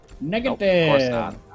negative